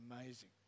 amazing